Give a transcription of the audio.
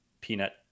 peanut